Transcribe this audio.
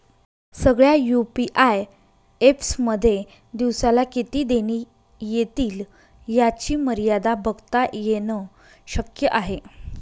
सगळ्या UPI apps मध्ये दिवसाला किती देणी एतील याची मर्यादा बघता येन शक्य आहे